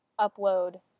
upload